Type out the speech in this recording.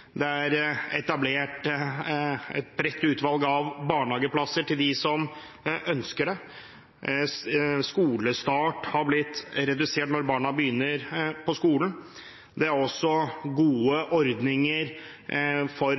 er det etablert skolefritidsordninger. Det er etablert et bredt utvalg av barnehageplasser til dem som ønsker det. Skolestartsalderen har blitt redusert. Det er også gode ordninger for